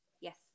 yes